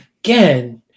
again